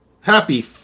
Happy